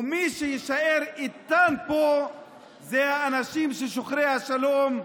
ומי שיישאר איתן פה הם אנשים שוחרי השלום,